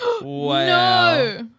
Wow